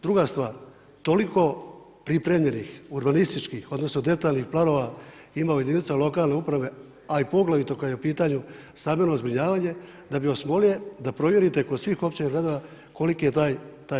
Druga stvar, toliko pripremljenih urbanističkih odnosno detaljnih planova imaju jedinice lokalne uprave, a i poglavito kada je u pitanju stambeno zbrinjavanje da bih vas molio da provjerite kod svih općina i gradova koliki je taj